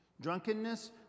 Drunkenness